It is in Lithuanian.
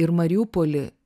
ir mariupolį